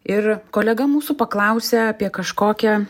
ir kolega mūsų paklausia apie kažkokią